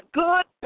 good